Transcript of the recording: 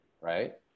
right